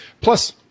Plus